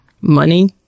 Money